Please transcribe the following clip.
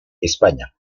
españa